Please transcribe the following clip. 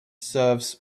serves